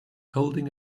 holding